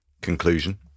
conclusion